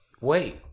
wait